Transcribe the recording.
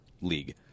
league